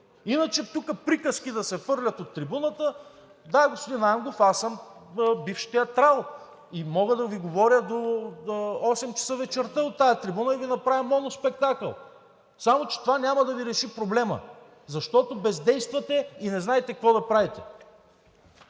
Иначе тук приказки да се хвърлят от трибуната. Да, господин Ангов, аз съм бивш театрал и мога да Ви говоря до осем часа вечерта от тази трибуна и да Ви направя моноспектакъл. Само че това няма да Ви реши проблема, защото бездействате и не знаете какво да правите.